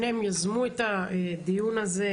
שניהם יזמו את הדיון הזה,